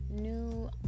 new